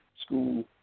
school